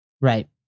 Right